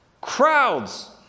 crowds